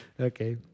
Okay